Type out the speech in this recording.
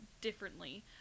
differently